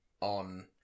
on